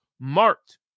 marked